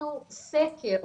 עשינו סקר,